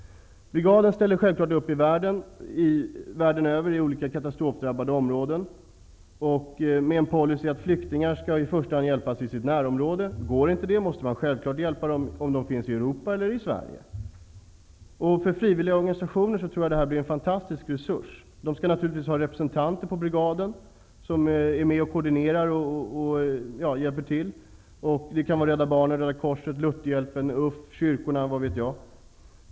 Brigaden ställer självfallet upp i olika katastrofdrabbade områden ute i världen. Policyn skall vara att flyktingar i första hand skall hjälpas i sitt närområde. Är detta inte möjligt måste hjälpen självklart sättas in i Europa eller i Sverige. För frivilliga organisationer tror jag att en sådan satsning blir en fantastisk resurs. De skall naturligtvis ha representanter på brigaden för att koordinera och hjälpa till. Det kan vara Rädda Barnen, Röda Korset, Lutherhjälpen, UFF, kyrkor m.fl.